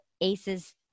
ACEs